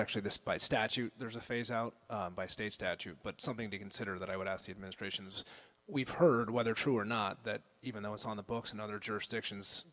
actually this by statute there's a phase out by state statute but something to consider that i would ask the administrations we've heard whether true or not that even though it's on the books in other jurisdictions